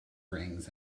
rings